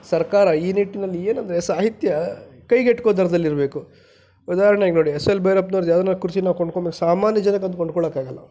ಸರ್ಕಾರ ಈ ನಿಟ್ಟಿನಲ್ಲಿ ಏನೆಂದರೆ ಸಾಹಿತ್ಯ ಕೈಗೆಟುಕೋ ದರದಲ್ಲಿ ಇರಬೇಕು ಉದಾಹರಣೆಗೆ ನೋಡಿ ಎಸ್ ಎಲ್ ಭೈರಪ್ಪನವ್ರದ್ದು ಯಾವ್ದನ ಕೃತಿ ನಾವು ಕೊಂಡ್ಕೋಬೇಕು ಸಾಮಾನ್ಯ ಜನಕ್ಕೆ ಅದು ಕೊಂಡ್ಕೊಳ್ಳೋಕೆ ಆಗಲ್ಲ